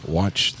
watch